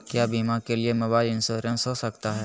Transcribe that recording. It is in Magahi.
क्या बीमा के लिए मोबाइल इंश्योरेंस हो सकता है?